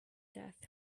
death